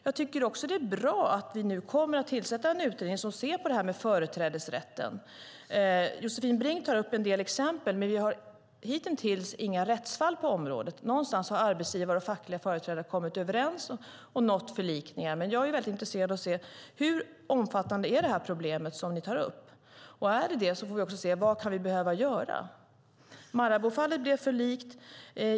Det är också bra att vi tillsätter en utredning som ska se på företrädesrätten. Josefin Brink tar upp en del exempel. Hittills har vi inga rättsfall på området eftersom arbetsgivare och fackliga företrädare har kommit överens och nått förlikningar. Jag är dock intresserad av att se hur omfattande det problem ni tar upp är. Är det omfattande får vi se vad vi kan behöva göra. Maraboufallet blev förlikt.